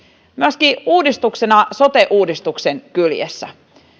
myöskin uudistuksena sote uudistuksen kyljessä